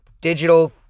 digital